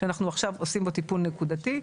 שאנחנו עכשיו עושים בו טיפול נקודתי.